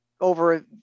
over